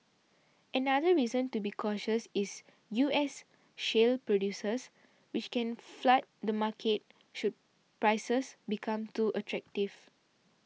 another reason to be cautious is U S shale producers which can flood the market should prices become too attractive